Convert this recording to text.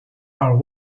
are